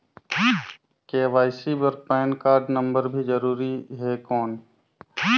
KYC बर PAN card number भी जरूरी हे कौन?